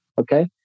okay